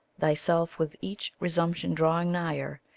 thyself with each resumption drawing nigher,